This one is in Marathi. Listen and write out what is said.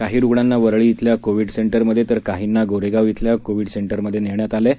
काही रुग्णांना वरळी येथील कोविड सेंटरमध्ये तर काहींना गोरेगाव येथील कोविड सेंटरमध्ये नेण्यात आले आहे